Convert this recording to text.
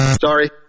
Sorry